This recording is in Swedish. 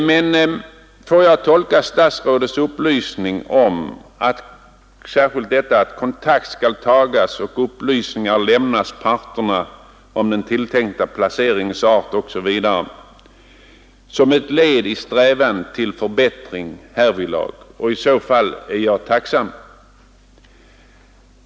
Men får jag tolka statsrådets upplysning om att kontakt skall tas och upplysningar lämnas parterna om den tilltänkta placeringens art osv. som ett led i strävandena till förbättring härvidlag? I så fall är jag tacksam.